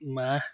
মাহ